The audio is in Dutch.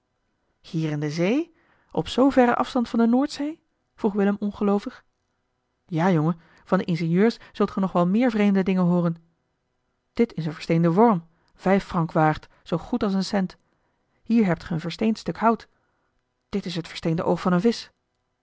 hier in de zee op zoo verren afstand van de noordzee vroeg willem ongeloovig eli heimans willem roda ja jongen van de ingenieurs zult ge nog wel meer vreemde dingen hooren dit is een versteende worm vijf francs waard zoo goed als een cent hier hebt ge een versteend stuk hout dit is het versteende oog van een visch